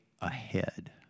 ahead